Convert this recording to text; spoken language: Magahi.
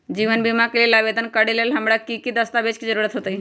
जीवन बीमा के लेल आवेदन करे लेल हमरा की की दस्तावेज के जरूरत होतई?